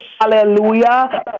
Hallelujah